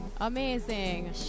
Amazing